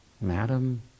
madam